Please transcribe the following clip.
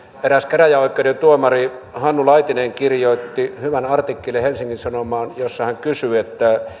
eräs käräjäoikeuden tuomari hannu laitinen kirjoitti helsingin sanomiin hyvän artikkelin jossa hän kysyi